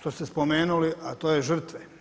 što se spomenuli a to je žrtve.